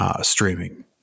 streaming